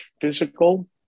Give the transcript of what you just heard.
physical